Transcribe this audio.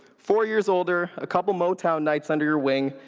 four years older, a couple motown nights under your wing,